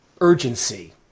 urgency